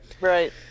Right